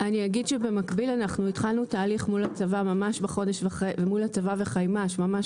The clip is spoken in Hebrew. אני אגיד שבמקביל אנחנו התחלנו תהליך מול הצבא וחימ"ש ממש